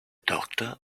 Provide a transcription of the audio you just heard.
doctor